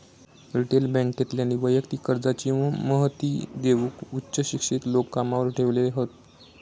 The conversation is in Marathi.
रिटेल बॅन्केतल्यानी वैयक्तिक कर्जाची महिती देऊक उच्च शिक्षित लोक कामावर ठेवले हत